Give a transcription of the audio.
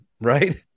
right